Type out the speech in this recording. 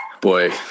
boy